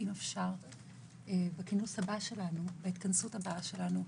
אם אפשר בהתכנסות הבאה שלנו,